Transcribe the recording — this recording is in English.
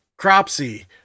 cropsy